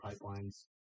pipelines